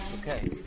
Okay